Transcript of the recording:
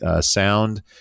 sound